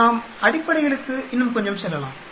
நாம் அடிப்படைகளுக்கு இன்னும் கொஞ்சம் செல்லலாம்